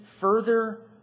further